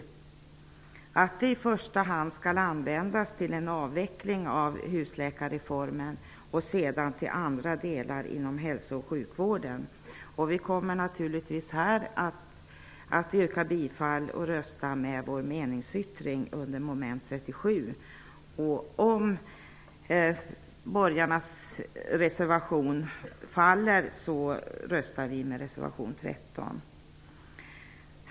Pengarna skall i första hand användas till en avveckling av husläkarreformen och i andra hand till andra delar inom hälso och sjukvården. Vi kommer naturligtvis att yrka bifall till vår meningsyttring under mom. 37. Om borgarnas reservation faller röstar vi med reservation 13.